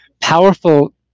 powerful